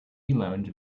lounge